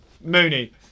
Mooney